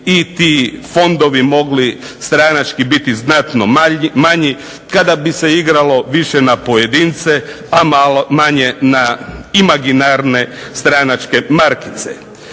i ti fondovi mogli stranački biti znatno manji, kada bi se igralo više na pojedince,a manje na imaginarne stranačke markice.